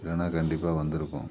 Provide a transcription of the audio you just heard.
இல்லைன்னா கண்டிப்பாக வந்திருப்போம்